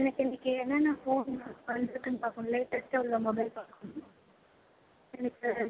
எனக்கு இன்றைக்கி என்னென்ன ஃபோன் வந்துருக்குன்னு பார்க்கணும் லேட்டஸ்ட்டாக உள்ள மொபைல் பார்க்கணும் எனக்கு